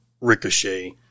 Ricochet